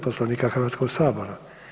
Poslovnika Hrvatskog sabora.